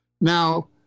Now